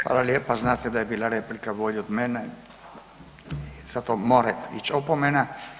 Hvala lijepa, znate da je bila replika bolje od mene zato mora ić opomena.